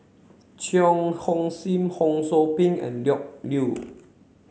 Cheang Hong Ho Sou Ping and Yew